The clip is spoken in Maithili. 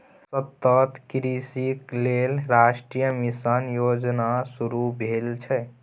सतत कृषिक लेल राष्ट्रीय मिशन योजना शुरू भेल छै